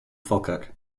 falkirk